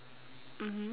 mmhmm